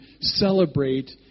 celebrate